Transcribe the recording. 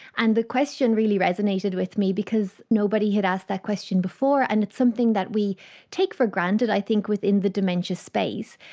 and the question really resonated with me because nobody had asked that question before, and it's something that we take for granted i think within the dementia space,